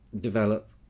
develop